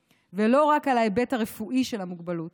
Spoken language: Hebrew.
ולא רק על ההיבט הרפואי של המוגבלות.